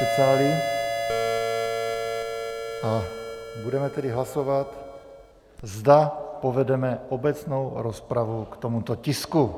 A budeme tedy hlasovat, zda povedeme obecnou rozpravu k tomuto tisku.